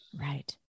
Right